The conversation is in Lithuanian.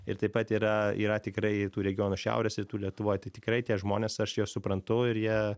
ir taip pat yra yra tikrai tų regionų šiaurės rytų lietuvoj tai tikrai tie žmonės aš juos suprantu ir jie